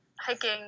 hiking